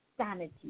sanity